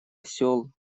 осел